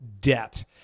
debt